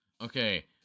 Okay